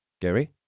Gary